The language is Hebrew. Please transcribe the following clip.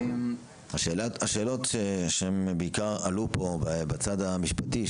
השאלות שבעיקר עלו פה בצד המשפטי,